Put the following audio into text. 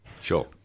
Sure